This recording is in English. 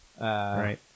right